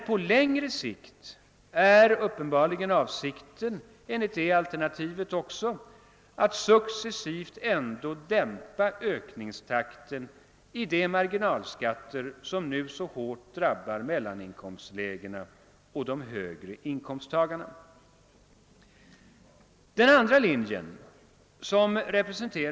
På längre sikt är uppenbarligen avsikten ändå att successivt dämpa ökningstakten för de marginalskatter som nu så hårt drabbar mellaninkomstlägena och de högre inkomsttagarna.